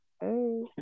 Hey